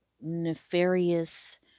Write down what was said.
nefarious